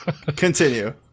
Continue